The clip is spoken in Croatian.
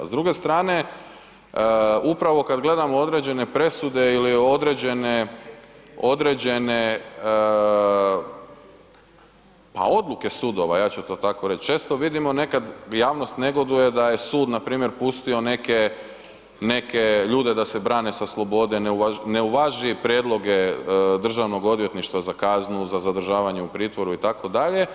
S druge strane, upravo kad gledamo određene presude ili određene, određene, pa odluke sudova ja ću to tako reć, često vidimo nekad javnost negoduje da je sud npr. pustio neke, neke ljude da se brane sa slobode, ne uvaži prijedloge državnog odvjetništva za kaznu, za zadržavanje u pritvoru itd.